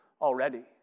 already